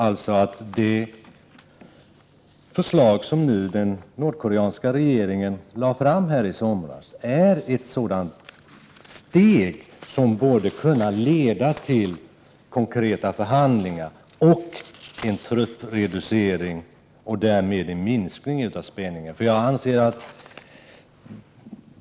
Det förslag som den nordkoreanska regeringen lade fram i somras är ett steg som borde kunna leda till konkreta förhandlingar och en truppreducering och därmed en minskning av spännningen.